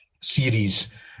series